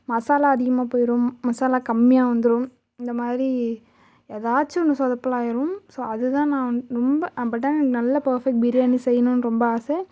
மசாலா அதிகமாக போய்ரும் மசாலா கம்மியாக வந்துடும் இந்தமாதிரி ஏதாச்சும் ஒன்று சொதப்பலாகிரும் ஸோ அதுதான் நான் வந்து ரொம்ப பட் ஆனால் நல்ல பர்ஃபெக்ட் பிரியாணி செய்யணும்னு ரொம்ப ஆசை